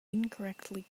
incorrectly